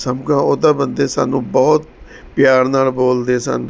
ਸਮਕਾ ਉਹ ਤਾਂ ਬੰਦੇ ਸਾਨੂੰ ਬਹੁਤ ਪਿਆਰ ਨਾਲ ਬੋਲਦੇ ਸਨ